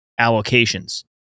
allocations